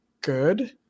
good